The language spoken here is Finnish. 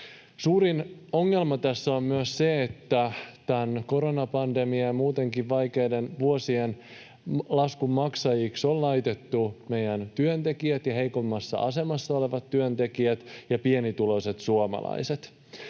Suuri ongelma tässä on myös se, että koronapandemian ja muutenkin vaikeiden vuosien laskun maksajiksi on laitettu meidän työntekijät ja heikommassa asemassa olevat työntekijät ja pienituloiset suomalaiset.